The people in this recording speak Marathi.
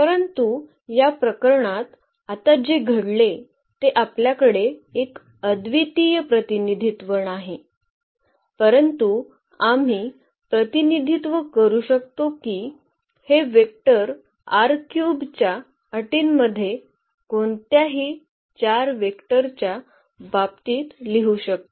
परंतु या प्रकरणात आता जे घडले ते आपल्याकडे एक अद्वितीय प्रतिनिधित्व नाही परंतु आम्ही प्रतिनिधित्व करू शकतो की हे वेक्टर च्या अटींमध्ये कोणत्याही चार वेक्टर च्या बाबतीत लिहू शकतो